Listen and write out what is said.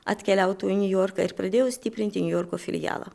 atkeliautų į niujorką ir pradėjo stiprinti niujorko filialą